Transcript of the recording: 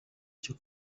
cyo